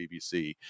BBC